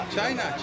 China